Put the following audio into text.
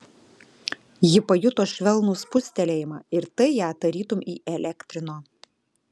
ji pajuto švelnų spustelėjimą ir tai ją tarytum įelektrino